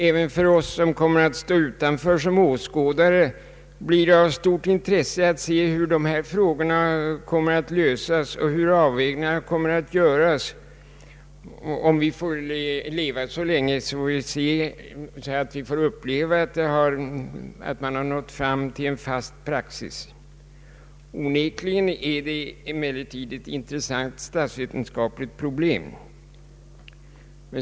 Även för oss som kommer att stå utanför som åskådare blir det av stort intresse att se hur dessa frågor kommer att lösas och hur avvägningarna kommer att göras — om vi får leva så länge att man har nått fram till en fast praxis. Onekligen är det emellertid ett intressant statsvetenskapligt problem.